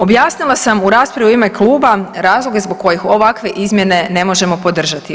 Objasnila sam u raspravi u ime kluba razloge zbog kojih ovakve izmjene ne možemo podržati.